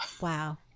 Wow